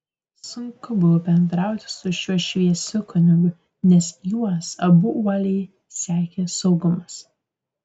sunku buvo bendrauti su šiuo šviesiu kunigu nes juos abu uoliai sekė saugumas